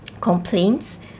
complaints